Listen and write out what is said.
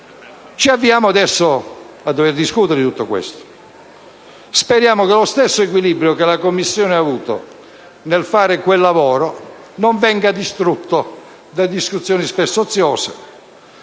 Ci avviamo adesso a dover discutere di tutto questo. Speriamo che lo stesso equilibrio che la Commissione ha avuto nel fare quel lavoro non venga distrutto da discussioni, come